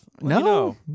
No